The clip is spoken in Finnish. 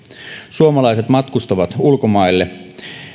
suomalaiset matkustavat ulkomaille